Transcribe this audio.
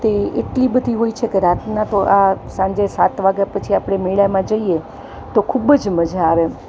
તે એટલી બધી હોય છે કે રાતના તો આ સાંજે સાત વાગ્યા પછી આપણે મેળામાં જઈએ તો ખૂબ જ મજા આવે એમ